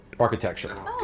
architecture